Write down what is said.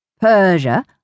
Persia